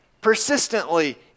persistently